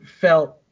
felt